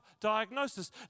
diagnosis